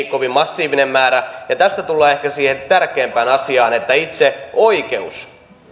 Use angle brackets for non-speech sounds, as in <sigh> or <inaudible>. <unintelligible> kovin massiivinen määrä ja tästä tullaan ehkä siihen tärkeimpään asiaan että itse oikeus